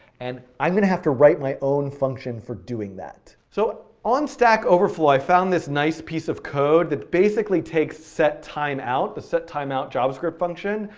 and i'm going to have to write my own function for doing that. so on stack overflow, i found this nice piece of code that basically takes set time out, the set time javascript function,